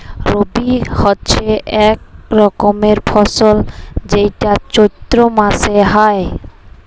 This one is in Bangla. রবি হচ্যে এক রকমের ফসল যেইটা চৈত্র মাসে হ্যয়